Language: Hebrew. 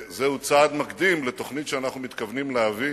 זהו צעד מקדים לתוכנית שאנחנו מתכוונים להביא